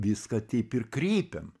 viską taip ir kreipiam